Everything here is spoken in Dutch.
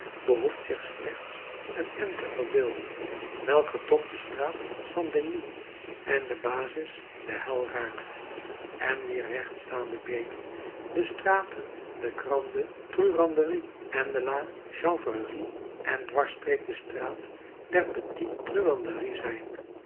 behoeft zich slechts een n te verbeelden welker top de straat st denis en basis des halles raakt en wier rechtstaande beenen de straten de grande truanderie en de la chanvrerie en dwarsstreep de straat der petite truanderie zijn